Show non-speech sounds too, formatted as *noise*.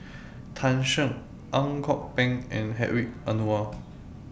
Tan Shen Ang Kok Peng and Hedwig Anuar *noise*